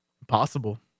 impossible